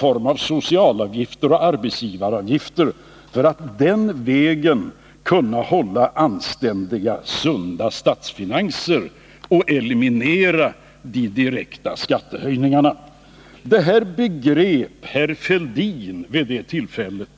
av ocialavgifter och arbetsgivaravgifter för att den vägen kunna hålla anständiga och sunda statsfinanser och eliminera de direkta skattehöjningarna. Detta begrep herr Fälldin vid det tillfället.